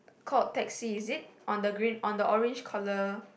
called taxi is it on the green on the orange collar